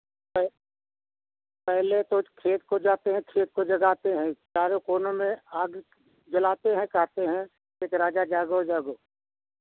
पह पहले तो खेत को जाते हैं खेत को जगाते हैं चारों कोनों में आग जलाते हैं कहते हैं राजा जागो जागो